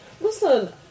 Listen